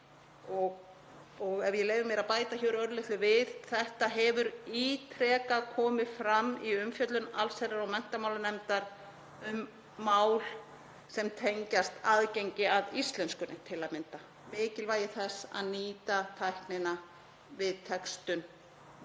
Ef ég leyfi mér að bæta örlitlu við þetta hefur ítrekað komið fram í umfjöllun allsherjar- og menntamálanefndar um mál sem tengjast aðgengi að íslenskunni til að mynda um mikilvægi þess að nýta tæknina við textun